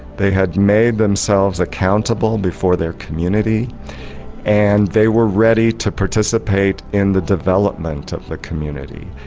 they had made themselves accountable before their community and they were ready to participate in the development of the community.